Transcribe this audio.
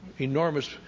enormous